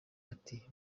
ati